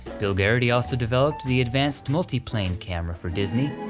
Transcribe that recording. bill garity also developed the advanced multi-plane camera for disney,